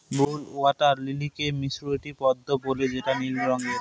blue water লিলিকে মিসরীয় পদ্মাও বলে যেটা নীল রঙের